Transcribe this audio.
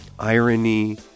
irony